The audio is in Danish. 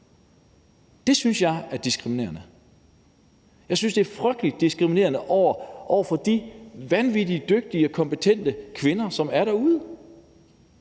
Det synes jeg er diskriminerende. Jeg synes, det er frygtelig diskriminerende over for de vanvittig dygtige og kompetente kvinder, som er derude,